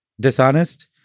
dishonest